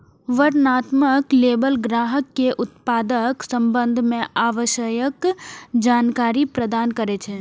वर्णनात्मक लेबल ग्राहक कें उत्पादक संबंध मे आवश्यक जानकारी प्रदान करै छै